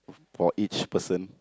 for each person